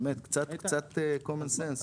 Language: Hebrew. באמת, קצת common sense.